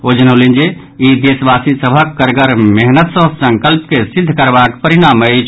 ओ जनौलनि जे ई देशवासी सभक कड़गर मेहनत सँ संकल्प के सिद्ध करबाक परिणाम अछि